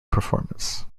performance